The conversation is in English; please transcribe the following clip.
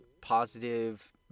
positive